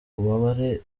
ububabare